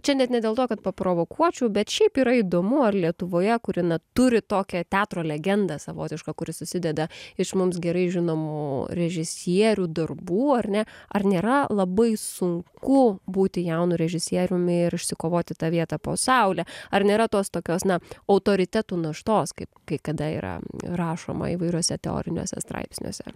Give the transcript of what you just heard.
čia net ne dėl to kad paprovokuočiau bet šiaip yra įdomu ar lietuvoje kuri na turi tokią teatro legendą savotišką kuri susideda iš mums gerai žinomų režisierių darbų ar ne ar nėra labai sunku būti jaunu režisieriumi ir išsikovoti tą vietą po saule ar nėra tos tokios na autoritetų naštos kaip kai kada yra rašoma įvairiuose teoriniuose straipsniuose